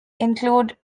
include